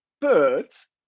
birds